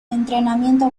entrenamiento